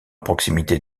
proximité